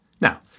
Now